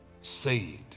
saved